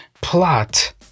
plot